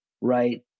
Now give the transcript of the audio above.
right